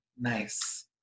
Nice